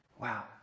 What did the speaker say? Wow